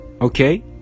okay